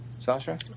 Sasha